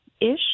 ish